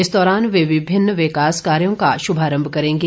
इस दौरान वे विभिन्न विकास कार्यों का श्भारंभ करेंगे